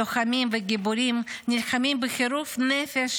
לוחמים וגיבורים נלחמים בחירוף נפש